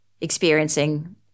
experiencing